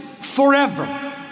forever